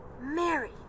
Mary